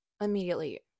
Immediately